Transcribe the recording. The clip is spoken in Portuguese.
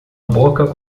boca